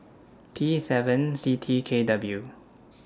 P seven C T K W